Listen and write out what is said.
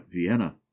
Vienna